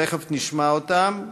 שתכף נשמע אותם,